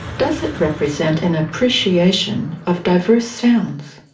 does it represent an appreciation of diverse sounds,